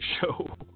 show